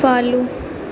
follow